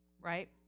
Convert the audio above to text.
right